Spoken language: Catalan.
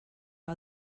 que